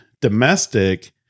domestic